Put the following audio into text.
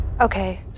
Okay